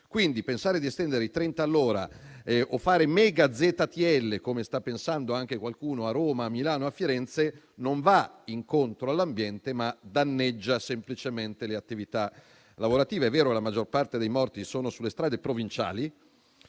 Quindi pensare di estendere i 30 chilometri all'ora o di fare mega ZTL, come sta pensando anche qualcuno a Roma, a Milano e a Firenze non va incontro all'ambiente, ma danneggia semplicemente le attività lavorative. È vero: la maggior parte dei morti è sulle strade provinciali